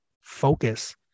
focus